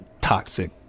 toxic